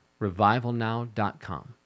Revivalnow.com